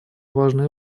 важной